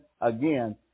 again